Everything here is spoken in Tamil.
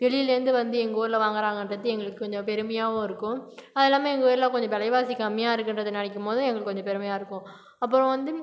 வெளிலேருந்து வந்து எங்கள் ஊரில் வாங்கறாங்கன்றது எங்களுக்கு கொஞ்சம் பெருமையாகவும் இருக்கும் அதுல்லாமல் எங்கள் ஊரில் கொஞ்சம் விலைவாசி கம்மியாக இருக்கிறது நினைக்கும் போது எங்களுக்கு கொஞ்சம் பெருமையாக இருக்கும் அப்புறம் வந்து